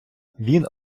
він